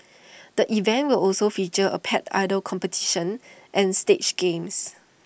the event will also feature A pet idol competition and stage games